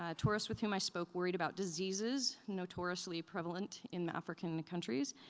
ah tourists with whom i spoke worried about diseases notoriously prevalent in african countries.